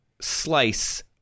slice